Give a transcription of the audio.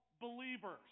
believers